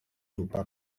lupa